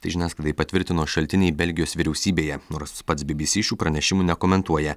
tai žiniasklaidai patvirtino šaltiniai belgijos vyriausybėje nors pats bbc šių pranešimų nekomentuoja